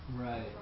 Right